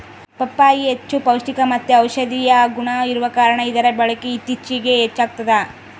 ಪಪ್ಪಾಯಿ ಹೆಚ್ಚು ಪೌಷ್ಟಿಕಮತ್ತೆ ಔಷದಿಯ ಗುಣ ಇರುವ ಕಾರಣ ಇದರ ಬಳಕೆ ಇತ್ತೀಚಿಗೆ ಹೆಚ್ಚಾಗ್ತದ